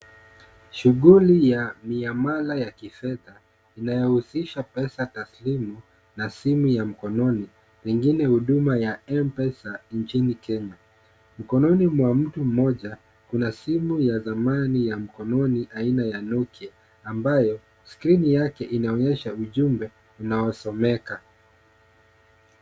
Shughuli ya miamala ya kifedha inayohusisha pesa taslimu na simu ya mkononi, pengine huduma ya Mpesa nchini Kenya. Mkononi mwa mtu mmoja, kuna simu ya zamani ya mkononi aina ya Nokia, ambayo screen yake inaonyesha ujumbe unaosomeka.